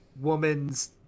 woman's